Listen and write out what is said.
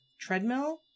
treadmill